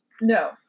No